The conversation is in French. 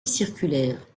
circulaires